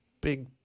big